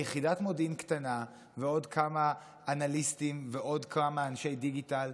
מיחידת מודיעין קטנה ועוד כמה אנליסטים ועוד כמה אנשי דיגיטל,